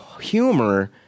humor